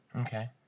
Okay